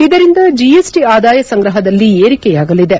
ಇದರಿಂದ ಜಿಎಸ್ಟಿ ಆದಾಯ ಸಂಗ್ರಹದಲ್ಲಿ ಏರಿಕೆಯಾಗಲಿದೆ